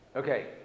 Okay